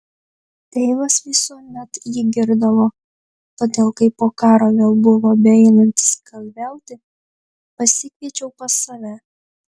tėvas visuomet jį girdavo todėl kai po karo vėl buvo beeinantis kalviauti pasikviečiau pas save